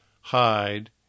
hide